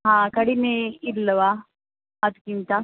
ಹಾಂ ಕಡಿಮೆ ಇಲ್ಲವಾ ಅದಕ್ಕಿಂತ